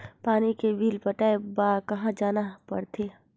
पानी के बिल पटाय बार कहा जाना पड़थे?